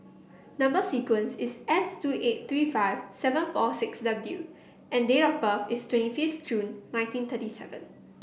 number sequence is S two eight three five seven four six W and date of birth is twenty fifth June nineteen thirty seven